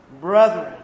brethren